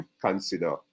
consider